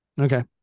Okay